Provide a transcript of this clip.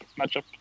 matchup